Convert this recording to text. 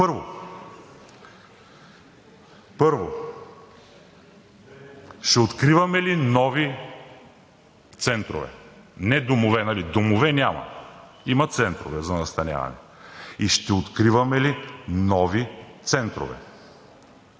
Първо, ще откриваме ли нови центрове? Не домове, нали домове няма – има центрове за настаняване. Ще откриваме ли нови центрове?